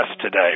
today